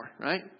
right